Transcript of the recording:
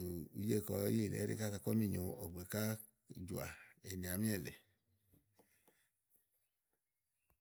ùú je kɔ zá yìlɛ íɖì kása kɔ mì nyo ɔ̀gbè ká jɔ̀à ènì àámi èle.